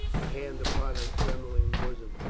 her hand upon her trembling bosom.